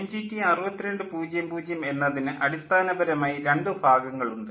MGT 6200 എന്നതിന് അടിസ്ഥാനപരമായി രണ്ട് ഭാഗങ്ങൾ ഉണ്ട്